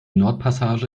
nordpassage